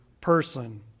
person